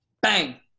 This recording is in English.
Bang